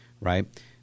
right